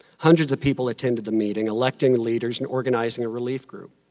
hundreds of people attended the meeting, electing leaders and organizing a relief group.